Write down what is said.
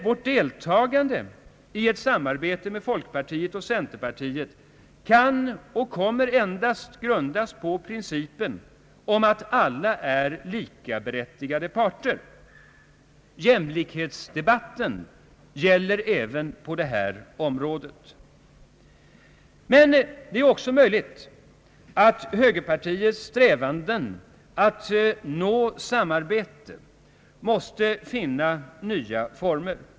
Vårt deltagande i ett samarbete med folkpartiet och centerpartiet kan och kommer dock att grundas endast på principen om att alla är likaberättigade parter. Jämlikhetskravet gäller även på detta område. Det är också möjligt att högerpartiets strävanden att nå samarbete måste finna nya former.